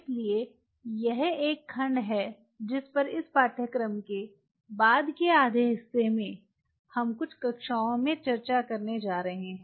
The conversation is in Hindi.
इसलिए यह एक खंड है जिस पर इस पाठ्यक्रम के बाद के आधे हिस्से में हम कुछ कक्षाओं में चर्चा करने जा रहे हैं